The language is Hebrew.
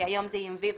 כי היום זה EMV,